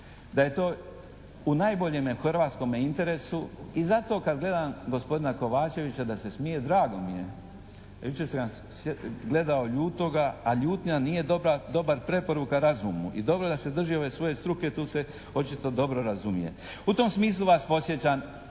da je to u najboljem hrvatskom interesu i zato kad gledam gospodina Kovačevića da se smije drago mi je. Jučer sam ga gledao ljutoga a ljutnja nije dobra preporuka razumu. I dobro da se drži ove svoje struke, tu se očito dobro razumije. U tom smislu vas podsjećam